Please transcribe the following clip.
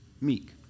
meek